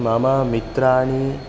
मम मित्राणि